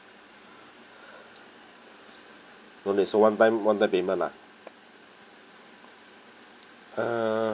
okay so one time one ttime payment lah uh